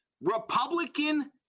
Republican